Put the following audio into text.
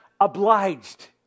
obliged